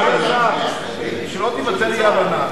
שלא תיווצר אי-הבנה.